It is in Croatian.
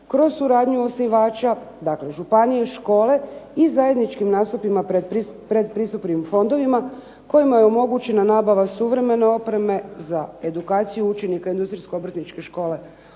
kroz suradnju osnivača, dakle županije, škole i zajedničkim nastupima pred pristupnim fondovima kojima je omogućena nabava suvremene opreme za edukaciju učenika Industrijsko-obrtničke škole